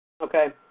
Okay